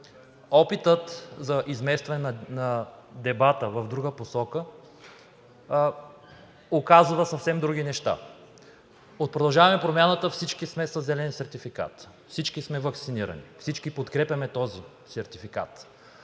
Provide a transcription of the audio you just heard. Опитът за изместване на дебата в друга посока указва съвсем други неща. От „Продължаваме Промяната“ всички сме със зелен сертификат, всички сме ваксинирани, всички подкрепяме този сертификат.